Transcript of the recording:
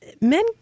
Men